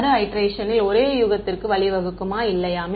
மறு ஐடெரேஷனில் ஒரே யூகத்திற்கு வழிவகுக்குமா இல்லையா